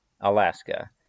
Alaska